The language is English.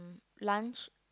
lunch